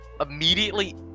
immediately